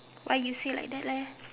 why give me like that leh